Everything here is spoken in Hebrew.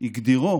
הגדירו